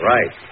Right